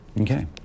Okay